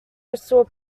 restore